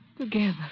Together